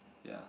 ya